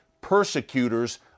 persecutors